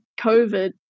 COVID